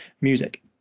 music